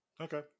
Okay